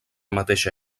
mateixa